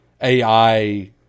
AI